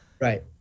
Right